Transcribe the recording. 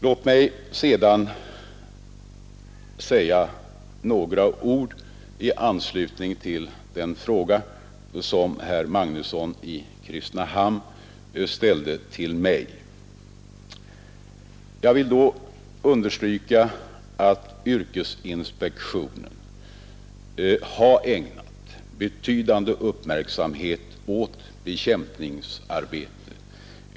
Låt mig sedan säga några ord i anslutning till den fråga som herr Magnusson i Kristinehamn ställde till mig. Jag vill då understryka att yrkesinspektionen har ägnat betydande uppmärksamhet åt bekämpningsarbete.